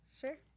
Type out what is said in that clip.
Sure